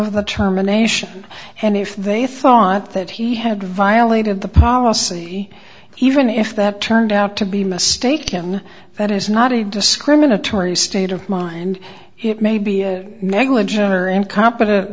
the terminations and if they thought that he had violated the policy even if that turned out to be mistaken that is not a discriminatory state of mind it may be a negligent or incompetent